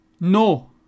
No